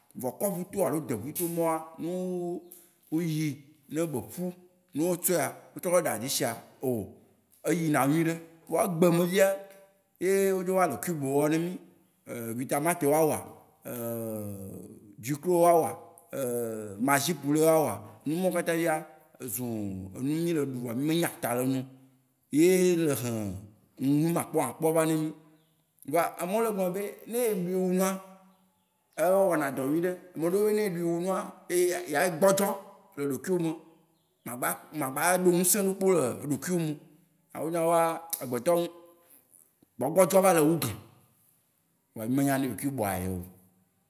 Vɔ kɔʋuto alo deʋuto ma wóa, ne wó wó yiyi ne be ƒu, ne wó tsɔe wó trɔ ɖa deshia, oo eyi na nyui ɖe. Vɔa egbe me fia, ye wó dzo va le kuibu wòm ne mí. guitamate wóa wɔa? dukro wóa wɔa? wóa wɔa? Nu mawó kpata fia zu enu mí le ɖu vɔ mí me nya ta le enu oo. Yee le hẽ numakpɔmakpɔ va ne mí. Vɔa ame wó le gblɔ be ne eɖui wu nua, ewɔ na dɔ nyuiɖe. Ame ɖewo be ne eɖui wu nua, e yea gbɔdzɔ le ɖokuiwò me. Ma gba- ma gba aɖo nusẽ ɖekpe le ɖokuiwò me oo. Nyawo nyawoa, agbe tɔ m- gbɔgbɔ dzɔ va le wu gã. Vɔa mí me nya ne kuibua yeo.